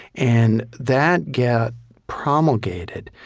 and that got promulgated